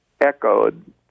echoed